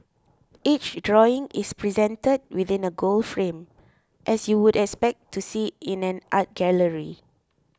each drawing is presented within a gold frame as you would expect to see in an art gallery